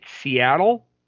Seattle